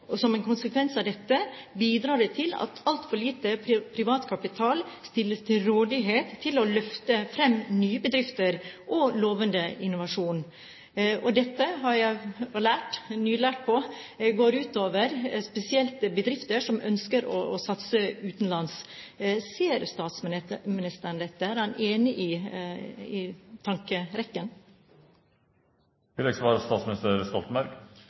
og som en konsekvens bidrar det til at altfor lite privat kapital stilles til rådighet for å løfte fram nye bedrifter og lovende innovasjon. Dette har jeg lært – jeg er nylært – går ut over spesielt bedrifter som ønsker å satse utenlands. Ser statsministeren dette, og er han enig i